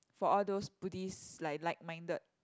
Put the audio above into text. for all those Buddhist like like minded